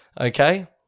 okay